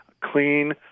clean